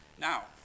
Now